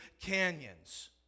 canyons